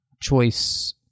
choice